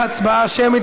בהצבעה שמית,